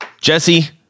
Jesse